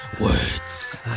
words